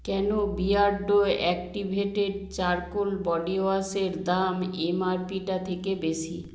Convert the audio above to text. কেন Beardo activated charcoal body ওয়াশের দাম এমআরপি টা থেকে বেশি